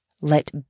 Let